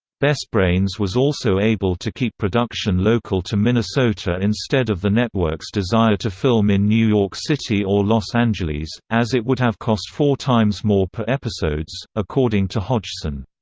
best brains was also able to keep production local to minnesota instead of the network's desire to film in new york city or los angeles, as it would have cost four times more per episodes, according to hodgson.